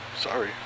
sorry